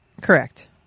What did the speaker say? Correct